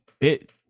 bit